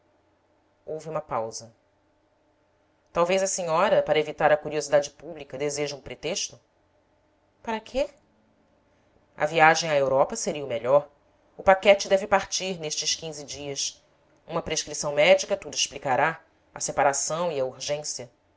houve uma pausa talvez a senhora para evitar a curiosidade pública deseje um pretexto para quê a viagem à europa seria o melhor o paquete deve partir nestes quinze dias uma prescrição médica tudo explicará a separação e a urgência